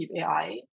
ai